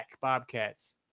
Bobcats